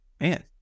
man